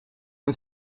een